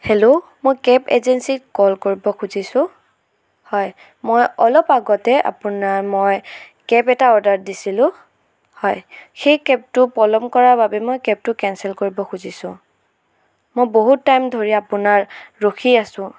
hello মই cab এজেঞ্চিক call কৰিব খুজিছোঁ হয় মই অলপ আগতে আপোনাৰ মই কেব এটা অৰ্ডাৰ দিছিলোঁ হয় সেই কেবটো পলম কৰাৰ বাবে মই কেবটো কেনচেল কৰিব খুজিছোঁ মই বহুত টাইম ধৰি আপোনাৰ ৰখি আছোঁ